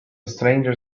stranger